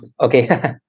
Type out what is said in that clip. Okay